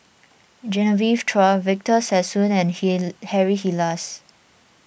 Genevieve Chua Victor Sassoon and Harry Elias